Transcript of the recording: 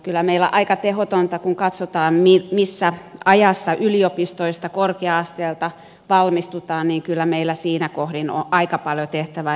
kyllä meillä on aika tehotonta kun katsotaan missä ajassa yliopistoista korkea asteelta valmistutaan kyllä meillä siinä kohdin on aika paljon tehtävää